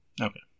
Okay